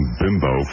bimbo